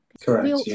Correct